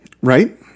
Right